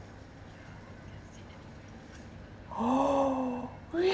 oh really